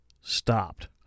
stopped